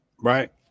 Right